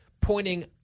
pointing